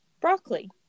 broccoli